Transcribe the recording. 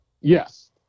Yes